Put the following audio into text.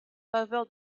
faveur